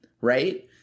right